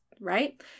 Right